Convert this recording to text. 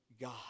God